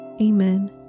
Amen